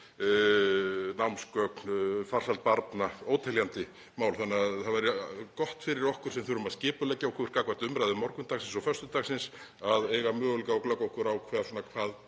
námsgögn, farsæld barna, óteljandi mál, þannig að það væri gott fyrir okkur sem þurfum að skipuleggja okkur gagnvart umræðu morgundagsins og föstudagsins að eiga möguleika á glöggva okkur á því hvað